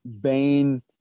bane